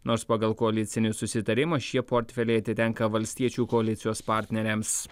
nors pagal koalicinį susitarimą šie portfeliai atitenka valstiečių koalicijos partneriams